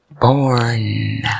born